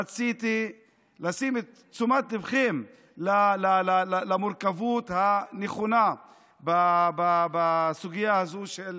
רציתי להסב את תשומת ליבכם למורכבות הנכונה בסוגיה הזו של